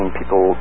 people